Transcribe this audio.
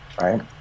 right